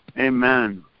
Amen